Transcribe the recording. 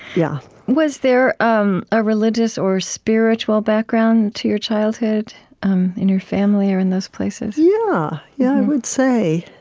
yeah was there um a religious or spiritual background to your childhood um in your family or in those places? yeah, yeah i would say.